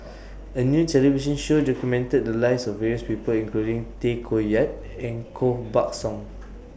A New television Show documented The Lives of various People including Tay Koh Yat and Koh Buck Song